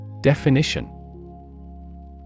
Definition